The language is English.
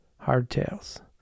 hardtails